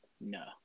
No